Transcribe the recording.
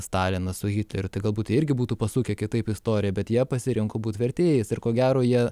stalinas su hitleriu tai galbūt tai irgi būtų pasukę kitaip istoriją bet jie pasirinko būt vertėjais ir ko gero jie